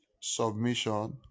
submission